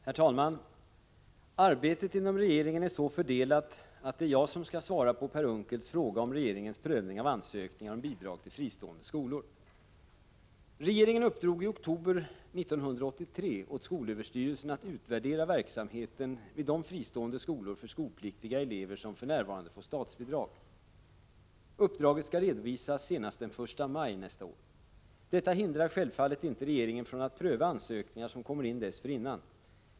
Herr talman! Arbetet inom regeringen är så fördelat att det är jag som skall svara på Per Unckels fråga om regeringens prövning av ansökningar om bidrag till fristående skolor. Regeringen uppdrog i oktober 1983 åt skolöverstyrelsen att utvärdera verksamheten vid de fristående skolor för skolpliktiga elever som för närvarande får statsbidrag. Uppdraget skall redovisas senast den 1 maj nästa år. Detta hindrar självfallet inte regeringen från att pröva ansökningar som kommer in dessförinnan.